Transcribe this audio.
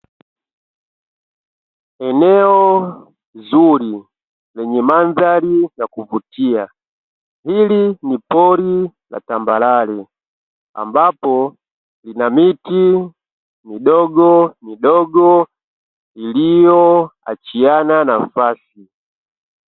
Eneo zuri lenye mandhari ya kuvutia. Hili ni pori la tambarare ambapo lina miti midogo midogo iliyo achiana nafasi.